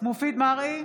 מופיד מרעי,